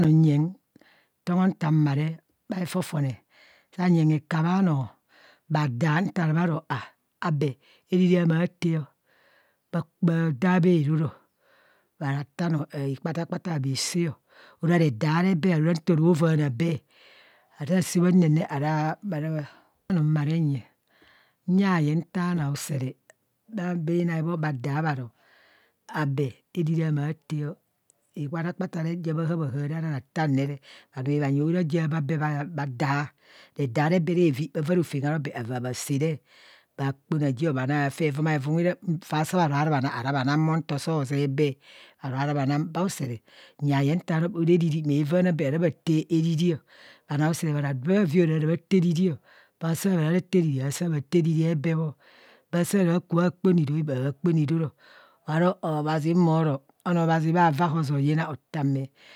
Nta nyeng taama nta maree bha efenfone saa nyeng hekabhe aano bha da nta ra bha ro abe eriri amaa taa, bha daa bhaa rorọ bha vaa ratano, ikpatakpata, bhasaa o, ora redaa arebe nto ro vaana bee, adaa bha saa bha nene ra re ata maree nyeng, nyayeng nta bhanoo auseree bha enae bho, bha daa bharo ariri amaa taa o, ikpata kpata ja bha haap a haap ara ratan bha nui bhanyi bho oron ja bhe bha daa, redaa rebhe revi bhavaa rofom arobee rovi bha sea re, bha kpona ji bhaa na evuma vum re faa saa ra ma na ava ma no mo nto soo zẹẹ bẹẹ, aro ara bha, bauseree ora ariri maa vaama bee, ara bha taa ariri, bhoa useree bhoro able uhavi ara ara bha taa oriri bho a useree bhoro abke uhavi ara ara bha taa ariri, bha saa ra bha taa riri asaa kha taa rue ebee bho bha saa ra kpona iroo asaa bha kpona iroo, oru obhazi moo ona onoo obhazi bhavan hozo yina oota ame.